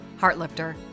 Heartlifter